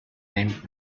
named